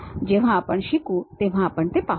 जेव्हा आपण शिकू तेव्हा आपण ते पाहू